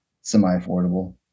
semi-affordable